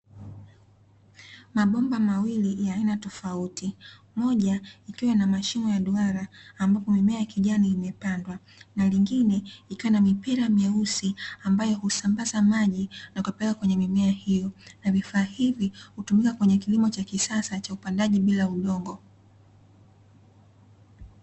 Mabomba mawili ya aina tofauti, moja ikiwa ina mashimo ya duara ambapo mimea ya kijani imepandwa na lingine ikiwa na mipira myeusi; ambayo husambaza maji na kuyapeleka kwenye mimea hiyo. Na vifaa hivi hutumika kwenye kilimo cha kisasa cha upandaji bila udongo.